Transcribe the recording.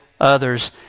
others